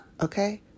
Okay